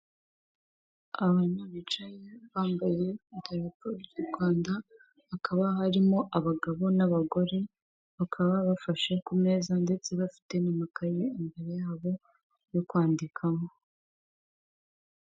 Abantu bicaye bambaye idarapo ry'u Rwanda hakaba harimo abagabo n'abagore, bakaba bafashe ku meza ndetse bafite n'amakayi imbere yabo yo kwandikamo.